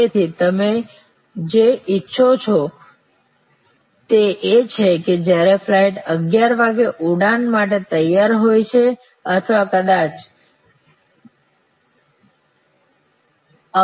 તેથી તમે જે ઈચ્છો છો તે એ છે કે જ્યારે ફ્લાઇટ 11 વાગે ઉડાન માટે તૈયાર હોય અથવા કદાચ 22